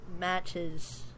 matches